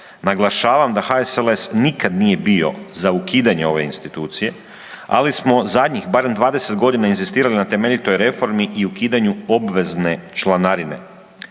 Naglašavam da HSLS nikad nije bio za ukidanje ove institucije, ali smo zadnjih barem 20 godina inzistirali na temeljitoj reformi i ukidanju obvezne članarine.